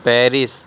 Paris